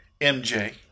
MJ